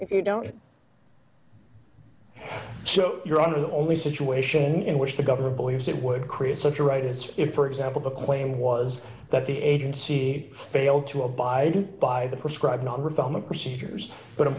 if you don't so you're under the only situation in which the government believes it would create such a right is if for example the claim was that the agency failed to abide by the prescribed nandrolone of procedures but i